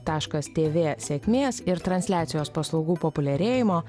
taškas tv sėkmės ir transliacijos paslaugų populiarėjimo